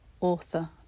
author